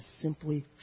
simply